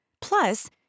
Plus